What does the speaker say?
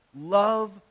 Love